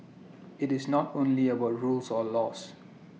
IT is not only about rules or laws